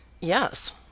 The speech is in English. Yes